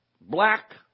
black